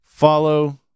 Follow